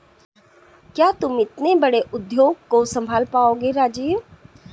क्या तुम इतने बड़े उद्योग को संभाल पाओगे राजीव?